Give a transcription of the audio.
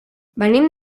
venim